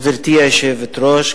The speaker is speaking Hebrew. גברתי היושבת-ראש,